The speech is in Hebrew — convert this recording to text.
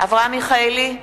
אברהם מיכאלי,